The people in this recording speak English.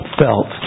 felt